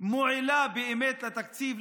מועילה באמת לתקציב?